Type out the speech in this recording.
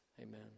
Amen